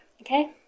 okay